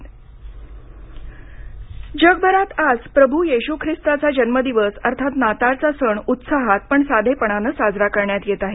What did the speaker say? नाताळ जगभरात आज प्रभू येशू ख्रिस्तांचा जन्मदिवस अर्थात नाताळचा सण उत्साहात पण साधेपणानं साजरा करण्यात येत आहे